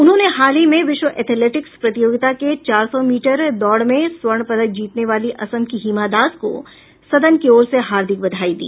उन्होंने हाल ही में विश्व एथलेटिक्स प्रतियोगिता के चार सौ मीटर दौड़ में स्वर्ण पदक जीतने वाली असम की हिमा दास को सदन की ओर से हार्दिक बधाई दी